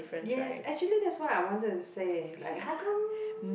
yes actually that's why I wanted to say like how come